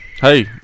Hey